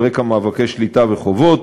על רקע מאבקי שליטה וחובות,